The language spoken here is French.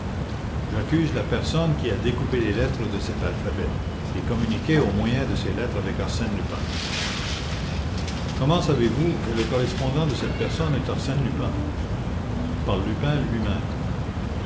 j'accuse la personne qui a découpé les lettres de cet alphabet et communiqué au moyen de ces lettres avec arsène lupin comment savez-vous que le correspondant de cette personne est arsène lupin par lupin lui-même